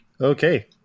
Okay